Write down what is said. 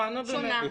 נו, באמת.